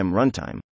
runtime